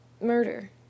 Murder